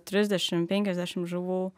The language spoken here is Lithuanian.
trisdešim penkiasdešim žuvų